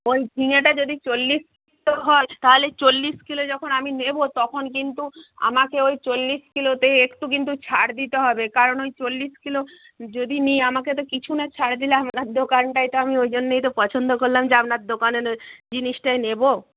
ওই ঝিঙেটা যদি চল্লিশ কিলো হয় তাহলে চল্লিশ কিলো যখন আমি নেব তখন কিন্তু আমাকে ওই চল্লিশ কিলোতে একটু কিন্তু ছাড় দিতে হবে কারণ ওই চল্লিশ কিলো যদি নিই আমাকে তো কিছু না ছাড় দিলে আপনার দোকানটায় তো আমি ওই জন্যেই তো পছন্দ করলাম যে আপনার দোকানের জিনিসটাই নেব